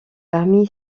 parmi